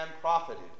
profited